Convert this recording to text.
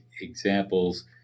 examples